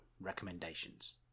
recommendations